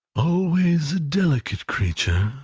always a delicate creature,